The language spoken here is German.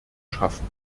schaffen